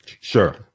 Sure